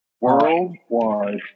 Worldwide